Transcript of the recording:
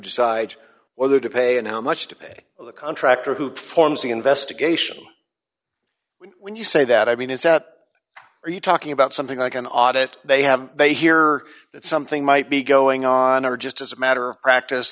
decides whether to pay and how much to pay for the contractor who performs the investigation when you say that i mean is that are you talking about something like an audit they have they hear that something might be going on or just as a matter of practice